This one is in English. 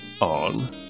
on